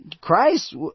Christ